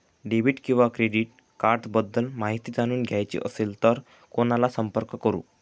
Debit किंवा credit cards बद्दल माहिती जाणून घ्यायची असेल तर कोणाला संपर्क करु?